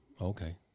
Okay